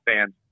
fans